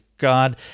God